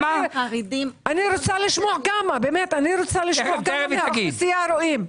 אני רוצה לשמוע כמה באוכלוסייה רואים.